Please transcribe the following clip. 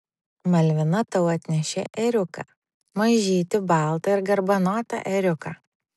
malvina tau atnešė ėriuką mažytį baltą ir garbanotą ėriuką